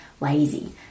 lazy